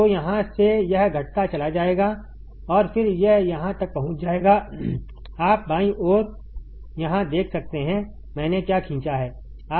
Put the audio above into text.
तो यहां से यह घटता चला जाएगा और फिर यह यहां तक पहुंच जाएगा आप बाईं ओर यहां क्या देख सकते हैं मैंने क्या खींचा है